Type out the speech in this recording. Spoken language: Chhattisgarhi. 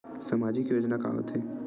सामाजिक योजना का होथे?